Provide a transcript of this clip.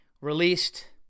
released